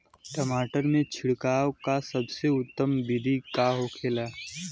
टमाटर में छिड़काव का सबसे उत्तम बिदी का होखेला?